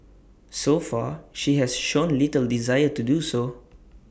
so far she has shown little desire to do so